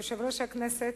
יושב-ראש הכנסת,